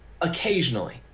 occasionally